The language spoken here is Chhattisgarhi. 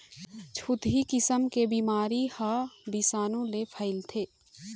छुतही किसम के बिमारी ह बिसानु ले फइलथे